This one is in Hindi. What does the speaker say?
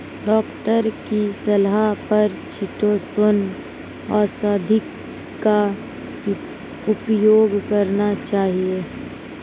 डॉक्टर की सलाह पर चीटोसोंन औषधि का उपयोग करना चाहिए